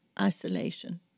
isolation